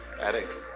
addicts